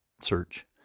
search